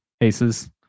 aces